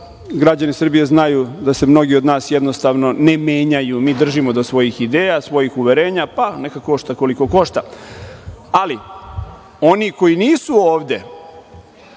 građani Srbije znaju da se mnogi od nas jednostavno ne menjaju, mi držimo do svojih ideja, do svojih uverenja, pa neka košta koliko košta. Ali, oni koji nisu ovde,